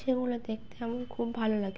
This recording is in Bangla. সেগুলো দেখতে এার খুব ভালো লাগে